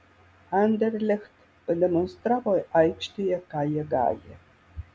anderlecht pademonstravo aikštėje ką jie gali